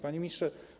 Panie Ministrze!